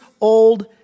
old